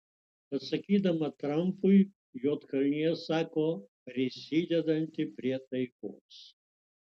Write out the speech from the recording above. atsakydama trampui juodkalnija sako prisidedanti prie taikos